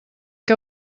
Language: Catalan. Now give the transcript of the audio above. què